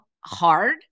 hard